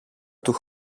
του